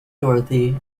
dorothy